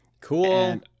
Cool